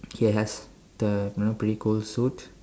he has the you know pretty cool suit